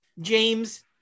James